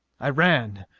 i ran,